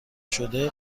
شده